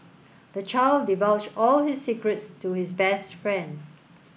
the child divulged all his secrets to his best friend